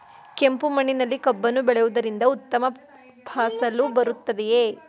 ಕೆಂಪು ಮಣ್ಣಿನಲ್ಲಿ ಕಬ್ಬನ್ನು ಬೆಳೆಯವುದರಿಂದ ಉತ್ತಮ ಫಸಲು ಬರುತ್ತದೆಯೇ?